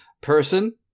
Person